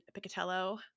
Picatello